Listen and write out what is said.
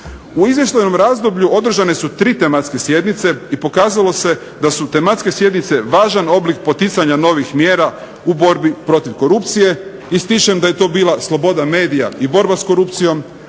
U izvještajnom razdoblju održane su tri tematske sjednice, i pokazalo se da su tematske sjednice važan oblik poticanja novih mjera u borbi protiv korupcije. Ističem da je to bila sloboda medija i borba s korupcijom,